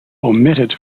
omitted